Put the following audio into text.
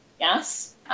Yes